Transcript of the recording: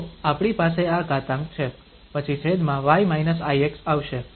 તો આપણી પાસે આ ઘાતાંક છે પછી છેદમાં y ix આવશે